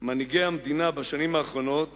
מנהיגי המדינה, בשנים האחרונות